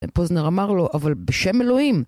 פוזנר אמר לו, אבל בשם אלוהים!